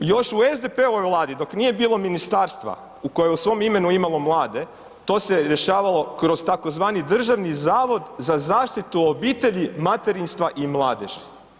I još u SDP-ovoj Vladi dok nije bilo ministarstva u kojem je u svom imenu imalo mlade, to se rješavalo kroz tzv. Državni zavod za zaštitu obitelji, materinstva i mladeži.